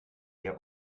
der